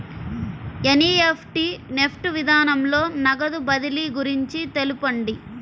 NEFT NEFT విధానంలో నగదు బదిలీ గురించి తెలుపండి?